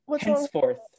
Henceforth